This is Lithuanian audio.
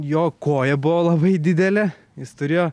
jo koja buvo labai didelė jis turėjo